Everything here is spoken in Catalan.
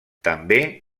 també